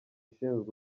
ushinzwe